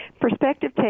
Perspective